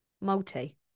multi